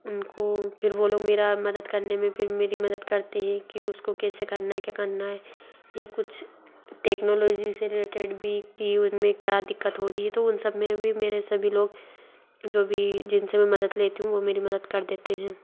उनको फिर वो लोग मेरा मदद करने में फिर मेरी मदद करते हैं कि उसको कैसे करना है क्या करना है या कुछ टेक्नोलोजी से रिलेटेड भी कि उन में क्या दिक्कत हो रही है तो उन सब में भी मेरे सभी लोग जो भी जिन से मैं मदद लेती हूँ वो मेरी मदद कर देते हैं